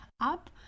up